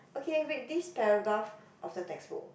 okay read this paragraph of the textbook